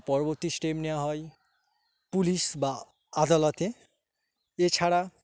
পরবর্তী স্টেপ নেওয়া হয় পুলিশ বা আদালতে এছাড়া